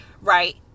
right